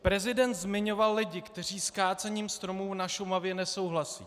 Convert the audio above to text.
Prezident zmiňoval lidi, kteří s kácením stromů na Šumavě nesouhlasí.